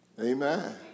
Amen